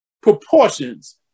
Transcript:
proportions